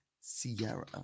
Sierra